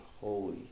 holy